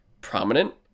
prominent